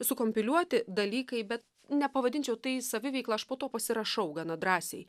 sukompiliuoti dalykai bet nepavadinčiau tai saviveikla aš po tuo pasirašau gana drąsiai